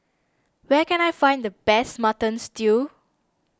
where can I find the best Mutton Stew